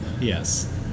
Yes